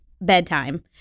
bedtime